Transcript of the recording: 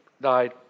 died